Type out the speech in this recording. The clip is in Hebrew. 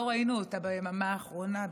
לא ראינו אותה ביממה האחרונה,